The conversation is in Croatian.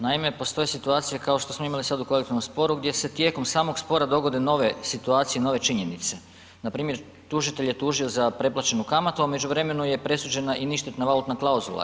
Naime, postoje situacije, kao što smo imali sada u kolektivnom sporu, gdje se tijekom samog spora dogode nove situacije i nove činjenice, npr. tužitelj je tužio za pretplaćenu kamatu, a u međuvremenu je presuđena i ništetna valutna klauzula.